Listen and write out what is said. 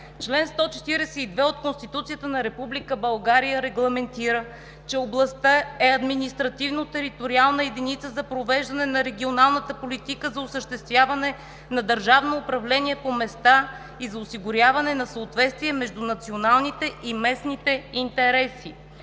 Член 142 от Конституцията на Република България регламентира, че областта е административно-териториална единица за провеждане на регионалната политика за осъществяване на държавно управление по места и за осигуряване на съответствие между националните и местните интереси.